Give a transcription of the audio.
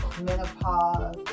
Menopause